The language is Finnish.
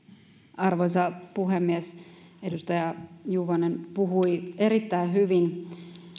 arvoisa puhemies edustaja juvonen puhui erittäin hyvin